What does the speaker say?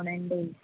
అవునండి